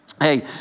Hey